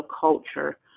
culture